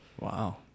Wow